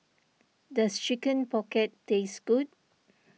does Chicken Pocket taste good